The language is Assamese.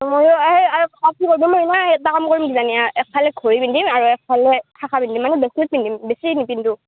অঁ এটা কাম কৰিম কিজানি একফালে ঘড়ী পিন্ধিম আৰু একফালে শাখা পিন্ধিম মানে ব্ৰেচলেট পিন্ধিম বেছি নিপিন্ধো